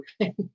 Okay